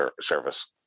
Service